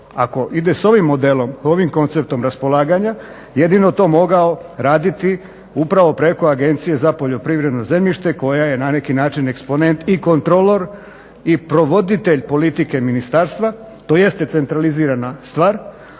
ako ide s ovim modelom, ovim konceptom raspolaganja, jedino to mogao raditi upravo preko Agencije za poljoprivredno zemljište koja je na neki način eksponent i kontrolor i provoditelj politike Ministarstva. To jeste centralizirana stvar,